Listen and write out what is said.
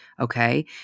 okay